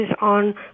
on